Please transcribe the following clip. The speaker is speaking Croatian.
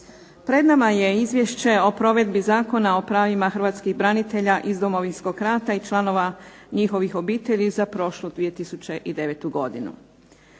Pred nama je izvješće o provedbi Zakona o pravima hrvatskih branitelja iz Domovinskog rata i članova njihovih obitelji za prošlu 2009. godinu.